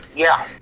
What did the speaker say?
yeah.